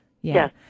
Yes